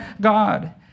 God